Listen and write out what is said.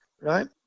right